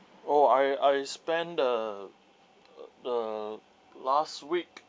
oh I I spent the the last week